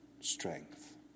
strength